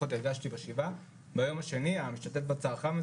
ביום השני של השבעה כבר הבנתי שה-"משתתפים בצערכם"